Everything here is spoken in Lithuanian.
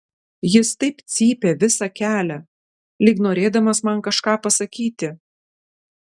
jis taip cypė visą kelią lyg norėdamas man kažką pasakyti